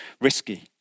risky